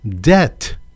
debt